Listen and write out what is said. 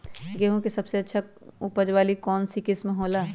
गेंहू के सबसे अच्छा उपज वाली कौन किस्म हो ला?